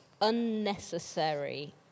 unnecessary